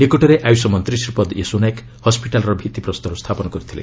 ନିକଟରେ ଆୟୁଷ ମନ୍ତ୍ରୀ ଶ୍ରୀପଦ ୟେଶୋନାୟକ ହସ୍ୱିଟାଲ୍ର ଭିତ୍ତିପ୍ରସ୍ତର ସ୍ଥାପନ କରିଥିଲେ